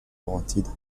laurentides